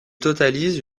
totalise